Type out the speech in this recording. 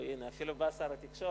הנה, אפילו בא שר התקשורת.